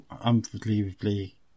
unbelievably